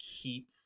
keep